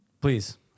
Please